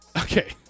okay